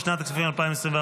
לשנת הכספים 2024,